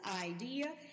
idea